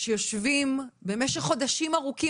שיושבים במשך חודשים ארוכים,